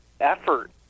effort